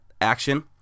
action